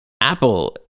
Apple